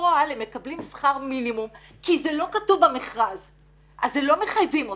בפועל הם מקבלים שכר מינימום כי זה לא כתוב במכרז אז לא מחייבים אותם.